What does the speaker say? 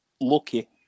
lucky